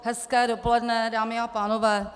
Hezké dopoledne, dámy a pánové.